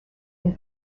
and